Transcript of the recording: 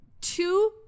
two